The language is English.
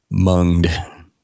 munged